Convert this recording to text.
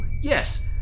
yes